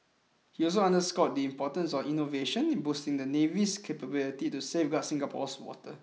he also underscored the importance of innovation in boosting the navy's capabilities to safeguard Singapore's waters